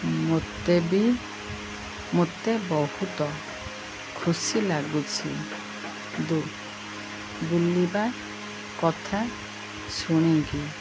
ମୋତେ ବି ମୋତେ ବହୁତ ଖୁସି ଲାଗୁଛି ଦୁ ବୁଲିବା କଥା ଶୁଣିକି